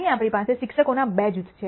અહીં આપણી પાસે શિક્ષકોના બે જૂથો છે